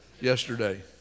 yesterday